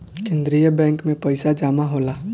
केंद्रीय बैंक में पइसा जमा होला